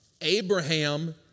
Abraham